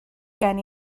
gen